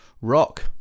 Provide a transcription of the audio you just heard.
rock